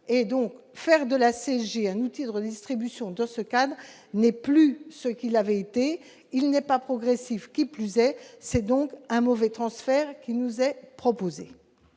et donc faire de la CSG, un outil de redistribution dans ce cadre n'est plus ce qu'il avait été, il n'est pas progressive qui plus est, c'est donc un mauvais transfert qui nous est proposé.